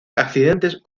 accidentes